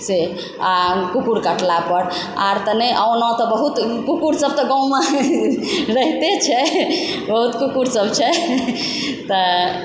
से कुकुर कटलापर आर तऽ नहि ओना तऽ बहुत कुकुर सब तऽ गावमे रहिते छै बहुत कुकुर सब छै तऽ